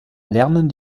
lernen